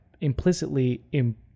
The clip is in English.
implicitly